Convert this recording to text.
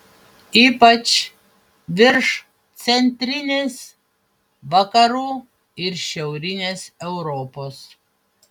ypač virš centrinės vakarų ir šiaurinės europos